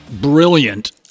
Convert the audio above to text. brilliant